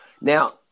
now